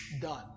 Done